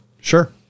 Sure